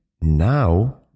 now